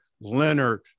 Leonard